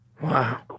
Wow